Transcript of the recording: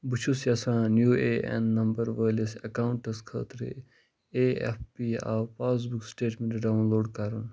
بہٕ چھُس یژھان یوٗ اے ایٚن نمبر وٲلِس ایٚکاونٛٹس خٲطرٕ A F P O passbook statement download کرُن